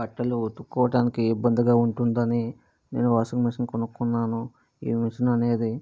బట్టలు ఉతుక్కోడానికి ఇబ్బందిగా ఉంటుంది అని నేను వాషింగ్ మిషను కొనుకున్నాను ఈ మిషను అనేది